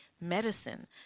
medicine